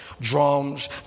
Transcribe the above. Drums